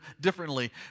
differently